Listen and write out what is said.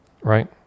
right